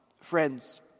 Friends